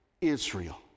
Israel